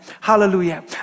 Hallelujah